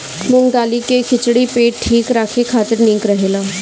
मूंग दाली के खिचड़ी पेट ठीक राखे खातिर निक रहेला